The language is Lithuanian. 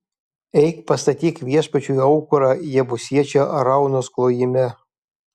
eik pastatyk viešpačiui aukurą jebusiečio araunos klojime